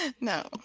No